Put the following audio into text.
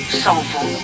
soulful